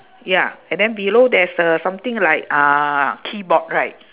ya and then below there's a something like uh keyboard right